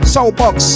Soulbox